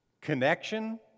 connection